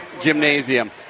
Gymnasium